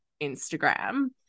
Instagram